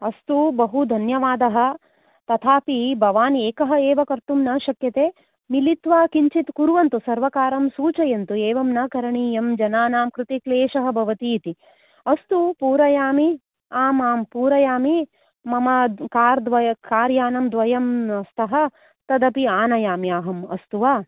अस्तु बहुधन्यवादः तथापि भवान् एकः एव कर्तुं न शक्यते मिलित्वा किञ्चित कुर्वन्तु सर्वकारं सूचयन्तु एवं न करणीयं जनानां कृते क्लेशः भवति इति अस्तु पूरयामि आम् आम् पूरयामि मम कार्द्वय् का्रयानं द्वयं स्तः तदपि आनयामि अहं अस्तु वा